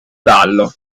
ballo